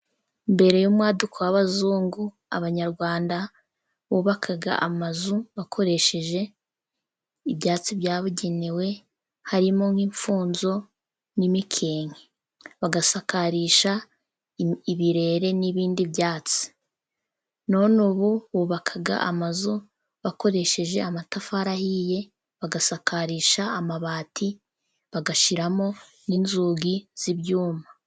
Mbere y'umwaduko w'abazungu, abanyarwanda bubakaga amazu bakoresheje ibyatsi byabugenewe harimo nk'imfunzo, n'imikinke, bagasakarisha ibirere n'ibindi byatsi. None ubu bubaka amazu bakoresheje amatafari ahiye, bagasakarisha amabati, bagashyiramo n'inzugi z'ibyuma.